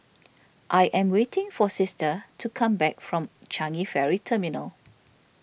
I am waiting for sister to come back from Changi Ferry Terminal